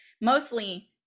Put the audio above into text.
mostly